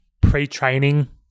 pre-training